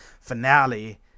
finale